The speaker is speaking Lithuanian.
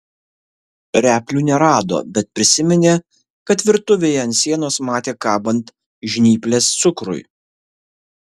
replių nerado bet prisiminė kad virtuvėje ant sienos matė kabant žnyples cukrui